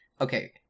Okay